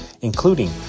including